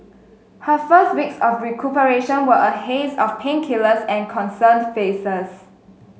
her first weeks of recuperation were a haze of painkillers and concerned faces